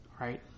right